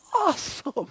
awesome